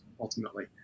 Ultimately